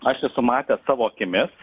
aš esu matęs savo akimis